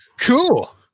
Cool